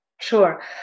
Sure